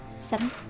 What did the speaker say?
Seven